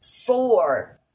Four